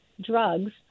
drugs